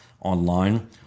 online